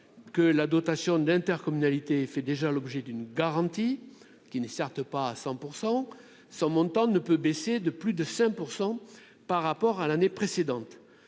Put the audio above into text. que la dotation d'intercommunalité, fait déjà l'objet d'une garantie qui n'est certes pas à 100 % son montant ne peut baisser de plus de 5 % par rapport à l'année précédente,